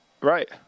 Right